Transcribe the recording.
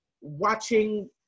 watching